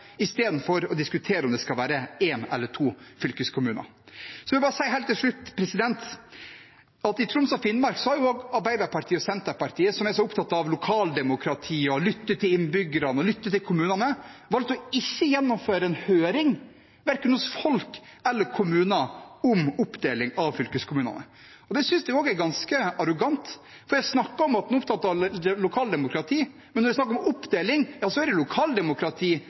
istedenfor å diskutere om det skal være en eller to fylkeskommuner. Helt til slutt vil jeg bare si at i Troms og Finnmark har også Arbeiderpartiet og Senterpartiet, som er så opptatt av lokaldemokrati og å lytte til innbyggerne og å lytte til kommunene, valgt å ikke gjennomføre en høring, blant verken folk eller kommuner, om oppdeling av fylkeskommunen. Det synes jeg også er ganske arrogant, for en snakker om at en er opptatt av lokaldemokrati, men når det er snakk om oppdeling, er det lokaldemokrati